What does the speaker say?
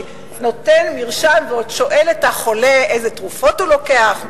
נותן מרשם ועוד שואל את החולה איזה תרופות הוא לוקח,